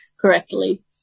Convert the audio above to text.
correctly